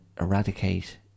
eradicate